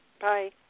Bye